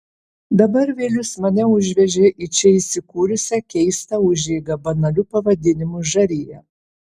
dabar vilius mane užvežė į čia įsikūrusią keistą užeigą banaliu pavadinimu žarija